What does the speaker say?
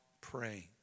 praying